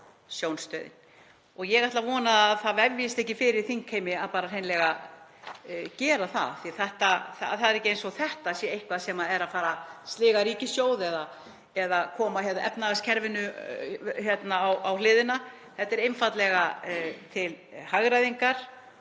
Sjónstöðin. Ég ætla að vona að það vefjist ekki fyrir þingheimi að hreinlega gera það því að það er ekki eins og þetta sé eitthvað sem er að fara sliga ríkissjóð eða koma efnahagskerfinu á hliðina. Þetta er einfaldlega til hagræðingar